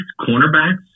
cornerbacks